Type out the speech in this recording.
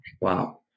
Wow